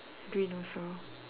green also